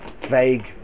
vague